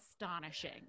astonishing